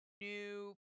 new